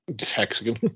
Hexagon